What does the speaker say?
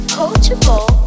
coachable